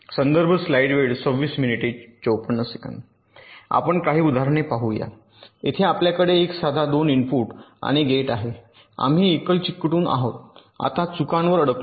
आपण काही उदाहरणे पाहू या येथे आपल्याकडे एक साधा 2 इनपुट आणि गेट आहे आम्ही एकल चिकटून आहोत आता चुकांवर अडकलो